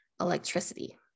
electricity